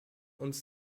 uns